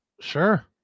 Sure